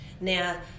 Now